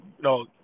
no